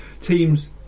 teams